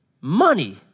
money